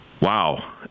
wow